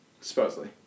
Supposedly